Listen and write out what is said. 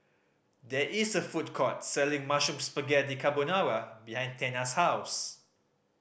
there is a food court selling Mushroom Spaghetti Carbonara behind Tana's house